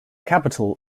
capital